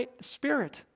spirit